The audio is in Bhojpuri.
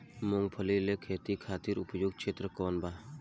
मूँगफली के खेती खातिर उपयुक्त क्षेत्र कौन वा?